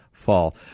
fall